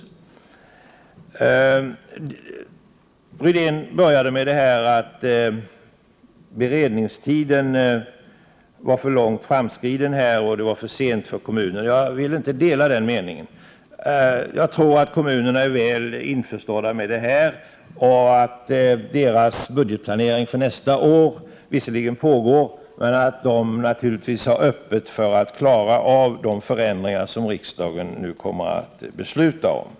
Rune Rydén började med att säga att beredningstiden var för långt framskriden och det var för sent för kommunerna. Jag delar inte den åsikten. Jag tror att kommunerna är väl införstådda med detta förslag och att deras budgetplanering för nästa år visserligen pågår men ändå är beredda på de förändringar som riksdagen nu kommer att besluta om.